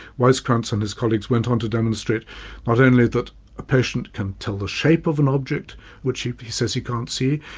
weizkrantz and his colleagues went on to demonstrate not only that a patient can tell the shape of an object which he he says he can't see,